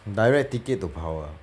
direct ticket to power